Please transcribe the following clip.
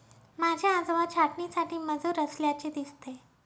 माझे आजोबा छाटणीसाठी मजूर असल्याचे दिसते